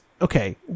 okay